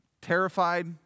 Terrified